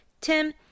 Tim